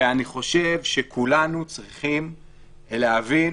אני חושב שכולנו צריכים להבין,